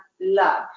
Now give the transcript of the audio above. love